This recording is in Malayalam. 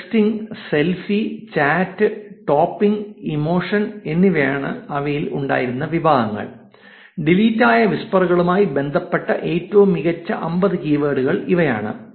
sexting selfie chat topic emotion എന്നിവയായിരുന്നു അവയിൽ ഉണ്ടായിരുന്ന വിഭാഗങ്ങൾ ഡിലീറ്റ് ആയ വിസ്പറുകളുമായി ബന്ധപ്പെട്ട ഏറ്റവും മികച്ച 50 കീവേഡുകൾ ഇവയാണ്